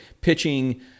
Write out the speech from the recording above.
pitching